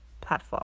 platform